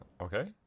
okay